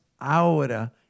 ahora